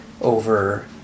over